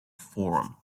forum